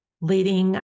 leading